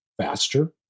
Faster